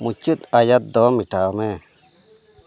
ᱢᱩᱪᱟᱹᱫ ᱟᱭᱟᱛ ᱫᱚ ᱢᱮᱴᱟᱣ ᱢᱮ